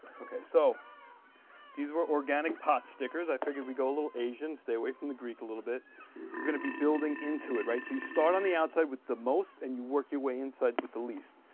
okay so these are organic potstickers. i figured we go a little asian, stay away from the greek a little bit. we're gonna be building into it right so you start on the outside with the most and you work your way inside with the least,